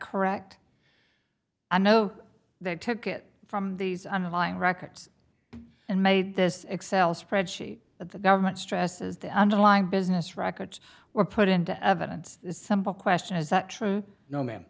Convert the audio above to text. correct i know they took it from these underlying records and made this excel spreadsheet that the government stresses the underlying business records were put into evidence some book question is that true no ma'am